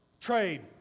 Trade